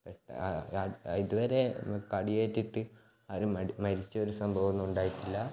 ഇതുവരെ കടിയേറ്റിട്ട് ആരും മരിച്ച് മരിച്ചൊരു സംഭവം ഒന്നും ഉണ്ടായിട്ടില്ല